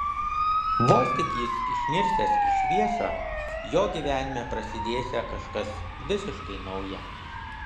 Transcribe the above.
vos tik jis išnirsiąs į šviesą jo gyvenime prasidėsią kažkas visiškai nauja